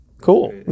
cool